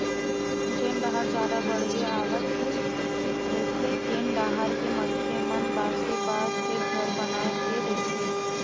जेन डाहर जादा बाड़गे आवत रहिथे तेन डाहर के मनखे मन बासे बांस के घर बनाए के रहिथे